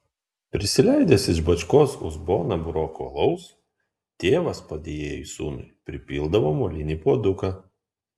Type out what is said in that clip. prisileidęs iš bačkos uzboną burokų alaus tėvas padėjėjui sūnui pripildavo molinį puoduką